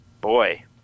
boy